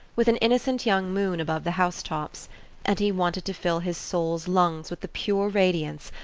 with an innocent young moon above the house-tops and he wanted to fill his soul's lungs with the pure radiance,